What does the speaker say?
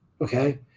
Okay